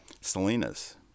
Salinas